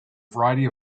variety